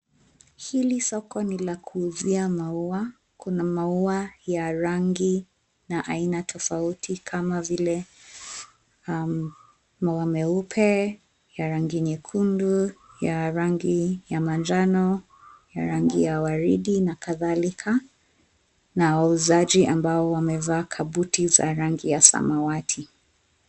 Hiki soko ni la kuuzia maziwa, kuna maua ya rangi na aina tofauti kama vile maua meupe, ya rangi nyekundu, ya rangi ya manjano, ya rangi ya waridi na kadhalika na wauzaji ambao wamevaa kabuti za rangi ya samawati.